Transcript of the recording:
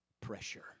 pressure